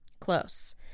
Close